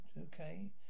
okay